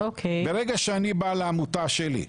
ברגע שאני בא לעמותה שלי,